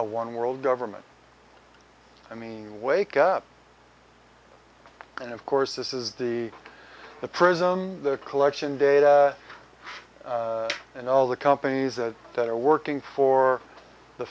a one world government i mean wake up and of course this is the the prism collection data and all the companies that are working for the